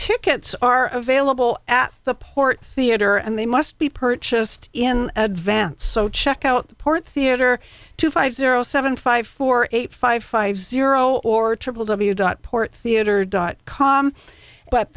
tickets are available at the port theatre and they must be purchased in advance so check out the port theatre two five zero seven five four eight five five zero or triple w dot port theatre dot com but